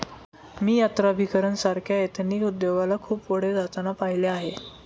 मी यात्राभिकरण सारख्या एथनिक उद्योगाला खूप पुढे जाताना पाहिले आहे